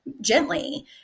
gently